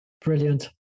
Brilliant